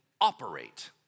operate